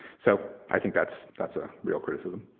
so i think that's that's a real criticism.